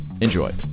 Enjoy